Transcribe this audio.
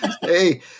hey